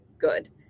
good